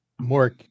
more